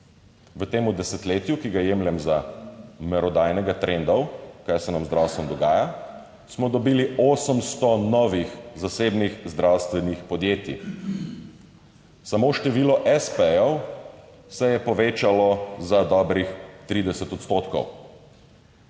v tem desetletju, ki ga jemljem za merodajnega trendov, kaj se nam z zdravstvom dogaja, smo dobili 800 novih zasebnih zdravstvenih podjetij. Samo število espejev se je povečalo za dobrih 30 odstotkov.